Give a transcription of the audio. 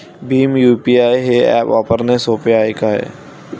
Bhim UPI हे app वापराले सोपे हाय का?